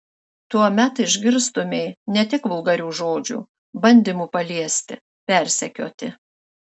tuomet išgirstumei ne tik vulgarių žodžių bandymų paliesti persekioti